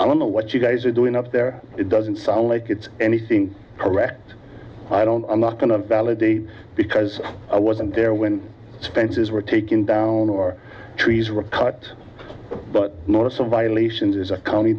i don't know what you guys are doing up there it doesn't sound like it's anything correct i don't i'm not going to validate because i wasn't there when the fences were taken down or trees were cut but not some violations as a county